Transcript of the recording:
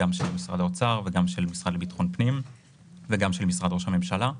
גם של משרד האוצר וגם של המשרד לביטחון הפנים וגם של משרד ראש הממשלה.